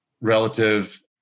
relative